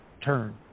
turn